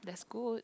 that's good